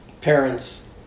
parents